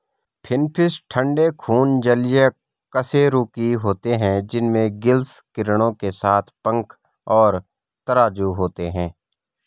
finfish ठंडे खून जलीय कशेरुकी होते हैं जिनमें गिल्स किरणों के साथ पंख और तराजू होते हैं